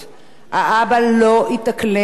הוא נטש מייד את המשפחה,